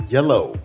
Yellow